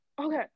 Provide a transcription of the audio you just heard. okay